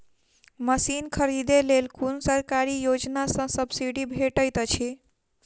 Machine खरीदे लेल कुन सरकारी योजना सऽ सब्सिडी भेटैत अछि?